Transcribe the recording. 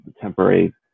temporary